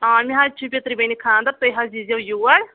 مےٚ حظ چھِ پِتٕر بیٚنہِ خاندَر تُہۍ حظ یی زیو یور